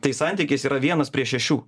tai santykis yra vienas prie šešių